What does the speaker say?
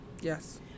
Yes